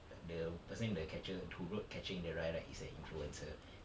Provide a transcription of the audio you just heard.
err the person in the catcher who wrote catcher in the rye right is a influencer